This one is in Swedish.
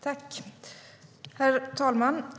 Herr talman!